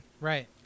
Right